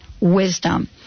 wisdom